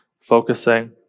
focusing